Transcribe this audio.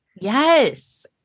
Yes